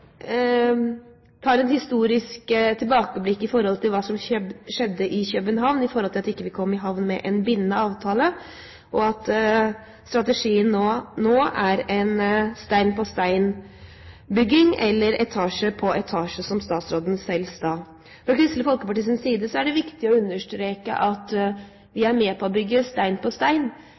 tar et historisk tilbakeblikk på hva som skjedde i København i forhold til at vi ikke kom i havn med en bindende avtale, og at strategien nå er en stein-på-stein-bygging – eller «etasje for etasje», som statsråden selv sa. Fra Kristelig Folkepartis side er det viktig å understreke at vi er med på å bygge stein på stein,